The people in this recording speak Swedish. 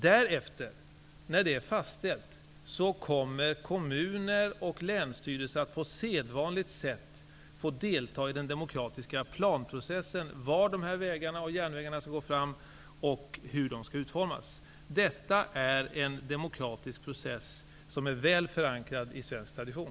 Därefter, när detta är fastställt, kommer kommuner och länsstyrelser att på sedvanligt sätt få delta i den demokratiska planeringsprocessen: vilka vägar och järnvägar som skall gå fram och hur projekten skall utformas. Detta är en demokratisk process som är väl förankrad i svensk tradition.